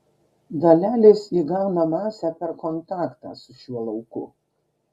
dalelės įgauna masę per kontaktą su šiuo lauku